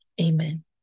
amen